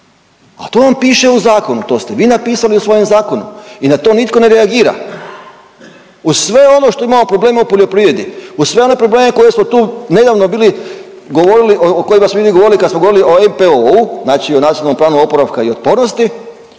Pa to vam piše u zakonu, to ste vi napisali u svojem zakonu i na to nitko ne reagira uz sve ono što imamo problema u poljoprivredi, uz sve one probleme koje smo tu nedavno bili govorili, o kojima smo bili govorili kad smo govorili o NPOO-u, znači o Nacionalnom planu oporavka i otpornosti